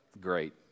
Great